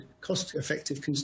cost-effective